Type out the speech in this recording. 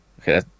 okay